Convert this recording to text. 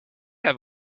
have